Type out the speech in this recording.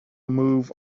move